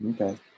okay